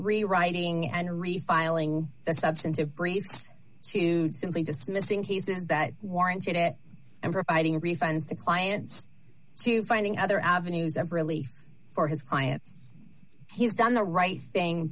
rewriting and refiling the substantive briefed to simply dismissing he's been that warranted it and providing refunds to clients to finding other avenues of relief for his clients he's done the right thing